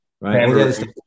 right